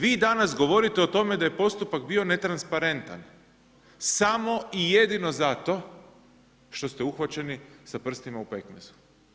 Vi danas govorite o tome da je postupak bio netransparentan samo i jedino zato što ste uhvaćeni sa prstima u pekmezu.